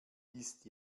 ist